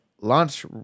launch